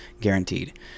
guaranteed